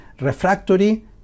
refractory